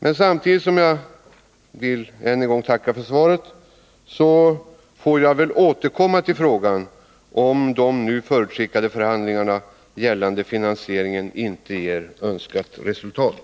Jag tackar än en gång för svaret, men får väl återkomma till frågan, om de nu förutskickade förhandlingarna gällande finansieringen inte ger önskat resultat.